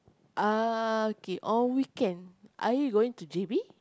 uh K on weekend are you going to J_B